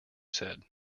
said